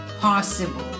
possible